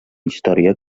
història